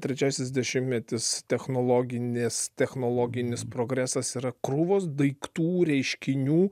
trečiasis dešimtmetis technologinės technologinis progresas yra krūvos daiktų reiškinių